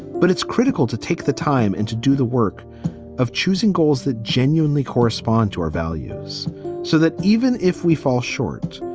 but it's critical to take the time and to do the work of choosing goals that genuinely correspond to our values so that even if we fall short,